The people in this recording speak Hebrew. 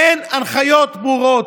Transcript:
אין הנחיות ברורות,